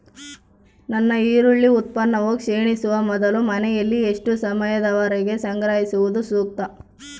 ನನ್ನ ಈರುಳ್ಳಿ ಉತ್ಪನ್ನವು ಕ್ಷೇಣಿಸುವ ಮೊದಲು ಮನೆಯಲ್ಲಿ ಎಷ್ಟು ಸಮಯದವರೆಗೆ ಸಂಗ್ರಹಿಸುವುದು ಸೂಕ್ತ?